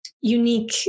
unique